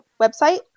website